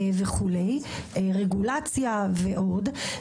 רגולציה ועוד.